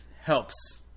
helps